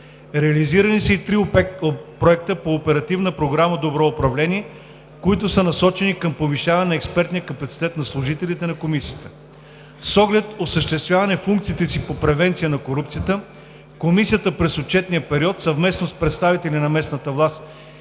Реализирани са и 3 проекта по Оперативна програма „Добро управление“, които са насочени към повишаване на експертния капацитет на служителите на Комисията. С оглед осъществяване функциите си по превенция на корупцията Комисията през отчетния период съвместно с представители на местната власт